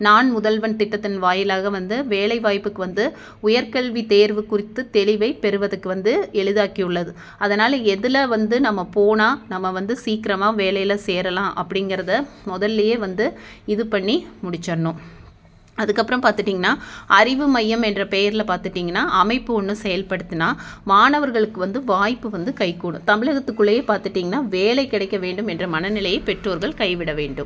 நான் முதல்வன் திட்டத்தின் வாயிலாக வந்து வேலைவாய்ப்புக்கு வந்து உயர்கல்வி தேர்வு குறித்து தெளிவை பெறுவதற்கு வந்து எளிதாக்கி உள்ளது அதனால் எதில் வந்து நம்ம போனால் நம்ம வந்து சீக்கிரமாக வேலையில் சேரலாம் அப்டிங்கிறத முதல்லையே வந்து இது பண்ணி முடிச்சுர்ணும் அதுக்கப்புறம் பார்த்திட்டிங்கனா அறிவு மையம் என்ற பெயரில் பார்த்திட்டிங்கனா அமைப்பு ஒன்று செயல்படுத்தினா மாணவர்களுக்கு வந்து வாய்ப்பு வந்து கைக்கூடும் தமிழகத்துக்குள்ளயே பார்த்திட்டிங்கனா வேலை கிடைக்க வேண்டும் என்ற மனநிலையை பெற்றோர்கள் கைவிட வேண்டும்